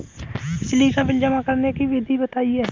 बिजली का बिल जमा करने की विधि बताइए?